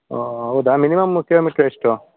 ಓ ಹೌದಾ minimum kilometre ಎಷ್ಟು